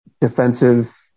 defensive